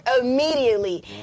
Immediately